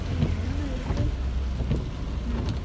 ம் என்னென்ன இருக்கு ம்